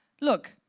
look